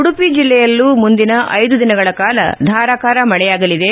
ಉಡುಪಿ ಜಿಲ್ಲೆಯಲ್ಲೂ ಮುಂದಿನ ಐದು ದಿನಗಳ ಕಾಲ ಧಾರಾಕಾರ ಮಳೆಯಾಗಲಿದೆ